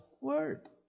Word